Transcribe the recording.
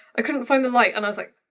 i couldn't find the light. and i was like,